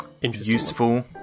useful